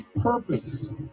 purpose